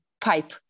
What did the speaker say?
pipe